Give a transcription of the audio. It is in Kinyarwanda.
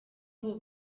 abo